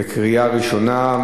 בקריאה ראשונה.